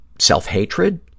self-hatred